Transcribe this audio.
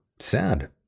sad